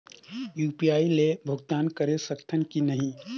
UPI ले भुगतान करे सकथन कि नहीं?